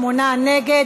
בבקשה,